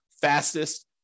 fastest